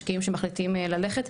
משקיעים שמחליטים ללכת,